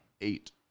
Eight